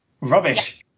rubbish